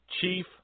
Chief